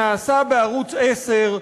שנעשה בערוץ 10,